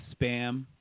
spam